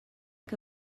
que